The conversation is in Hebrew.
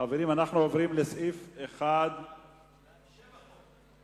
חברים, אנחנו עוברים לסעיף 1. שם החוק.